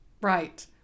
Right